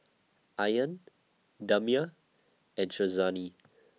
Aryan Damia and Syazwani